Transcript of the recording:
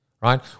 right